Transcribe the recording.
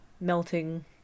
melting